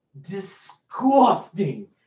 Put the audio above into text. disgusting